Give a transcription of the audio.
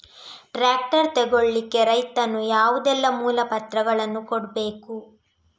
Tractor ತೆಗೊಳ್ಳಿಕೆ ರೈತನು ಯಾವುದೆಲ್ಲ ಮೂಲಪತ್ರಗಳನ್ನು ಕೊಡ್ಬೇಕು?